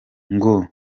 ngo